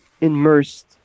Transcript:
immersed